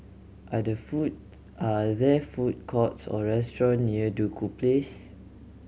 are the foods are there food courts or restaurant near Duku Place